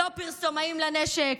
לא פרסומאים לנשק,